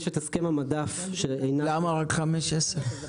יש את הסכם המדף --- למה רק חמש שנים עד עשר?